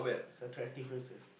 is attractive places